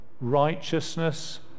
righteousness